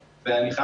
הוא לא יכול